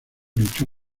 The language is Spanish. luchó